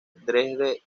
dresde